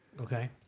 Okay